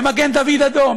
במגן דוד אדום,